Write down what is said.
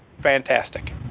fantastic